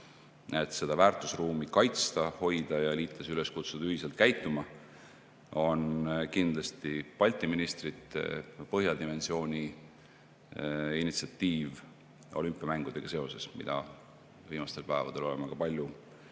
et seda väärtusruumi kaitsta, hoida ja liitlasi üles kutsuda ühiselt käituma, on kindlasti Balti ministrite või põhjadimensiooni initsiatiiv olümpiamängudega seoses, mida viimastel päevadel oleme ka palju